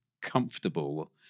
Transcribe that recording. comfortable